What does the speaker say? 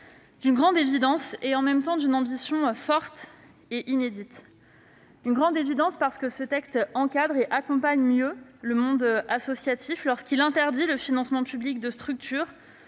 d'une grande évidence et, en même temps, d'une ambition forte et inédite. Une grande évidence, parce que ce texte encadre et accompagne mieux le monde associatif, en interdisant le financement public de structures